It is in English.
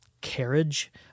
Carriage